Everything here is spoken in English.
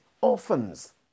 orphans